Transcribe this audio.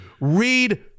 read